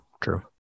True